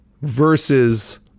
versus